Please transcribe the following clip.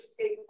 take